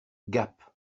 gap